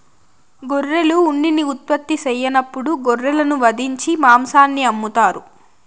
గొర్రెలు ఉన్నిని ఉత్పత్తి సెయ్యనప్పుడు గొర్రెలను వధించి మాంసాన్ని అమ్ముతారు